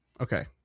okay